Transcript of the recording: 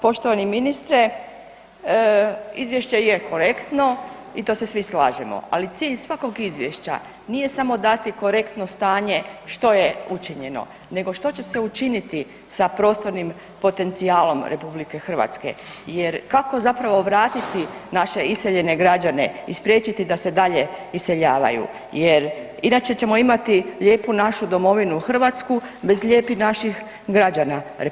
Poštovani ministre, izvješće je korektno i to se svi slažemo ali cilj svakog izvješća nije samo dati korektno stanje što je učinjeno nego što će se učiniti sa prostornim potencijalnom RH jer kako zapravo vratiti naše iseljene građane i spriječiti da se dalje iseljavaju jer inače ćemo imati lijepu našu domovinu Hrvatsku bez lijepih naših građana RH.